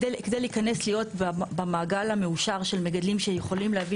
כדי להיכנס להיות במעגל המאושר של מגדלים שיכולים להביא